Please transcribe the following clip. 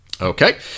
Okay